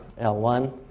L1